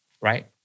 right